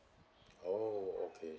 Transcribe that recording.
oh okay